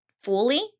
fully